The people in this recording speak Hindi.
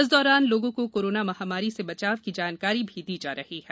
इस दौरान लोगों को कोरोना महामारी से बचाव की जानकारी भी दी जा रही है